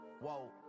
whoa